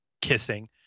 kissing